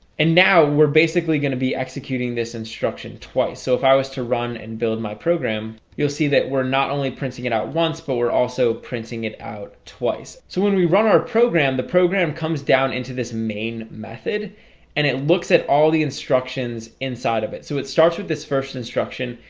and now we're basically going to be executing this instruction twice so if i was to run and build my program you'll see that we're not only printing it out once but we're also printing it out twice so when we run our program the program comes down into this main method and it looks at all the instructions inside of it so it starts with this first instruction.